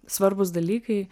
svarbūs dalykai